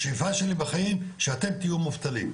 השאיפה שלי בחיים שאתם תהיו מובטלים,